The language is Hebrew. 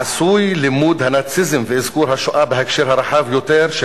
העשוי לימוד הנאצים ואזכור השואה בהקשר הרחב יותר של